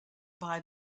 buy